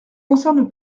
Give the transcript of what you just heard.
concerne